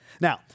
Now